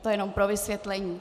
To jenom pro vysvětlení.